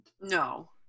No